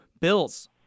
Bills